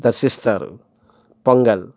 దర్శిస్తారు pongal